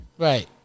Right